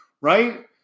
right